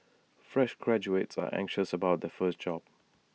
fresh graduates are always anxious about their first job